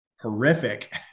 horrific